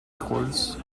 courts